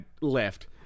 left